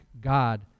God